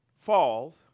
falls